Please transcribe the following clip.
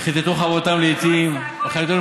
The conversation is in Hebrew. "וכתתו חרבותם לאתים".